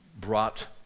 brought